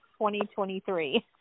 2023